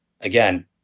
Again